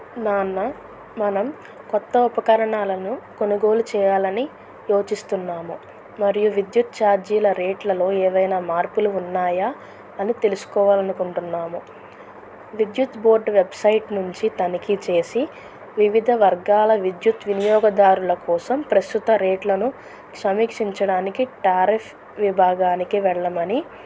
నాన్న మనం కొత్త ఉపకరణాలను కొనుగోలు చేయాలని యోచిస్తున్నాము మరియు విద్యుత్ ఛార్జీల రేట్లలో ఏవైనా మార్పులు ఉన్నాయా అని తెలుసుకోవాలి అనుకుంటున్నాము విద్యుత్ బోర్డ్ వెబ్సైట్ నుంచి తనిఖీ చేసి వివిధ వర్గాల విద్యుత్ వినియోగదారుల కోసం ప్రస్తుత రేట్లను సమీక్షించడానికి టారిఫ్ విభాగానికి వెళ్ళమని